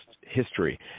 history